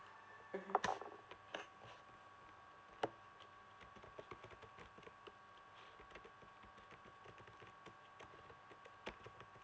mmhmm